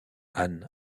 ann